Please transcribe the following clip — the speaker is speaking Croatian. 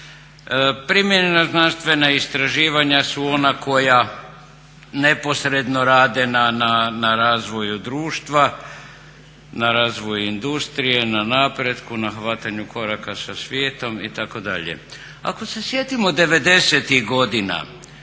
Primijenjena znanstvena istraživanja su ona koja neposredno rade na razvoju društva, na razvoju industrije, na napretku, na hvatanju koraka sa svijetom itd. Ako se sjetimo 90.tih godina